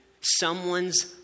someone's